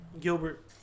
Gilbert